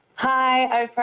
hi,